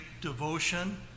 devotion